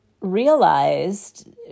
realized